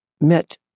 met